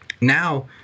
now